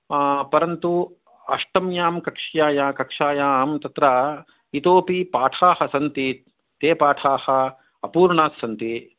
आ परन्तु अष्टम्यां कक्ष्या कक्षायां तत्र इतोपि पाठा सन्ति ते पाठा अपूर्णा सन्ति